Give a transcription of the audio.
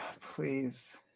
please